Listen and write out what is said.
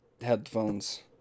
headphones